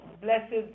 blessed